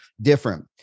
different